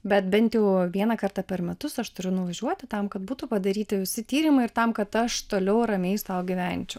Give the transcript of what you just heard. bet bent jau vieną kartą per metus aš turiu nuvažiuoti tam kad būtų padaryti visi tyrimai ir tam kad aš toliau ramiai sau gyvenčiau